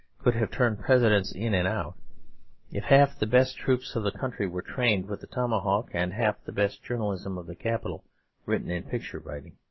could have turned presidents in and out if half the best troops of the country were trained with the tomahawk and half the best journalism of the capital written in picture-writing,